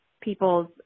people's